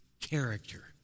character